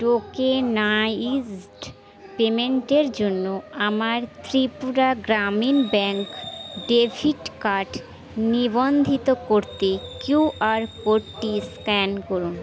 tokenised পেমেন্টের জন্য আমার Tripura Gramin bank debit card নিবন্ধিত করতে কিউআর কোডটি স্ক্যান করুন